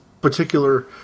particular